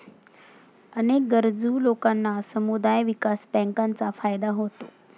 अनेक गरजू लोकांना समुदाय विकास बँकांचा फायदा होतो